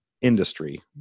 industry